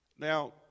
Now